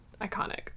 iconic